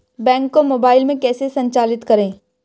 Bank को mobile में कैसे संचालित करें?